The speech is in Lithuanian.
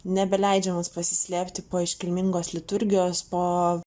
nebeleidžiamas pasislėpti po iškilmingos liturgijos po